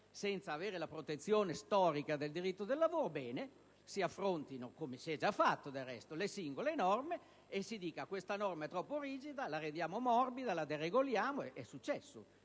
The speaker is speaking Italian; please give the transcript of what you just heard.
senza la protezione storica del diritto di lavoro, bene, si affrontino - come si è già fatto, del resto - le singole norme e si dica, ad esempio: «Questa norma è troppo rigida, la rendiamo più morbida, la deregoliamo». È successo